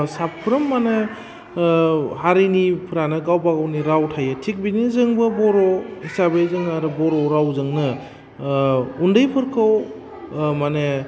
साफ्रोमानो हारिनिफ्रानो गावबा गावनि राव थायो थिग बिदिनो जोंबो बर' हिसाबै जोङो आरो बर' रावजोंनो उन्दैफोरखौ माने